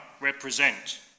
represent